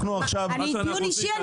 אני דיון אישי?